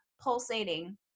pulsating